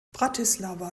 bratislava